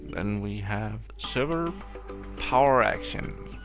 then we have server power action.